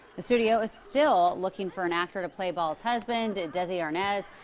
the studio is still looking for an actor to play ball's husband, desi arnaz.